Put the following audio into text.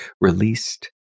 released